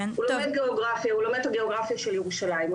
הוא לומד גיאוגרפיה של ירושלים,